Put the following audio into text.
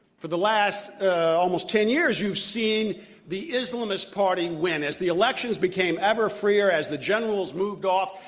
for the last almost ten years, you've seen the islamist party win. as the elections became ever freer, as the generals moved off,